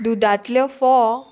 दुदांतल्यो फोव